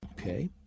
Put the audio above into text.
Okay